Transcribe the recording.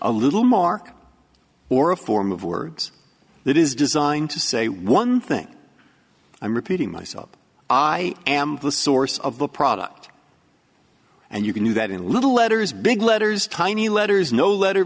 a little mark or a form of words that is designed to say one thing i'm repeating myself i am the source of the product and you can do that in little letters big letters tiny letters no let